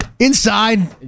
Inside